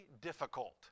difficult